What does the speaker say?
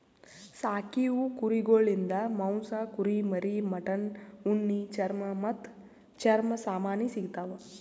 ಸಾಕೀವು ಕುರಿಗೊಳಿಂದ್ ಮಾಂಸ, ಕುರಿಮರಿ, ಮಟನ್, ಉಣ್ಣಿ, ಚರ್ಮ ಮತ್ತ್ ಚರ್ಮ ಸಾಮಾನಿ ಸಿಗತಾವ್